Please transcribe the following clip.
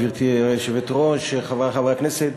גברתי היושבת-ראש, חברי חברי הכנסת,